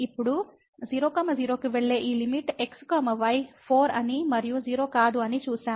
ఇప్పుడు 00 కు వెళ్లే ఈ లిమిట్ x y 4 అని మరియు 0 కాదు అని చూశాము